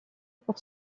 pour